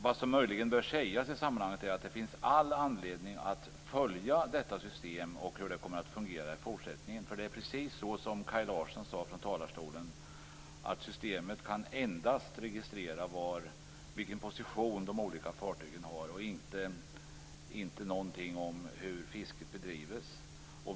Vad som möjligen bör sägas i sammanhanget är att det finns all anledning att följa detta system och hur det kommer att fungera i fortsättningen. Det är precis som Kaj Larsson sade från talarstolen. Systemet kan endast registrera vilken position de olika fartygen har och inte någonting om hur fisket bedrivs.